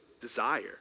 desire